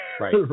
right